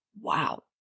Wow